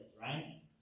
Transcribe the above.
right